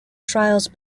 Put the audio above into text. trials